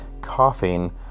coughing